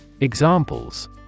Examples